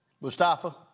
Mustafa